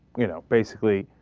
you know basically